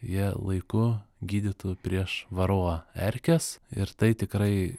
jie laiku gydytų prieš varoa erkes ir tai tikrai